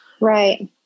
Right